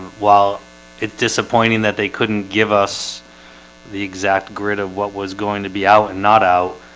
while it's disappointing that they couldn't give us the exact grid of what was going to be out and not out